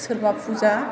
सोरबा फुजा